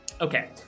Okay